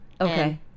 Okay